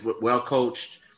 well-coached